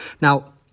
Now